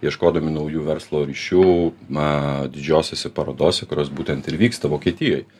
ieškodami naujų verslo ryšių na didžiosiose parodose kurios būtent ir vyksta vokietijoj